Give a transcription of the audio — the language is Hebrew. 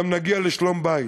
גם נגיע לשלום-בית.